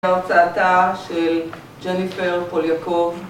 הרצאתה של ג'ניפר פולייקוב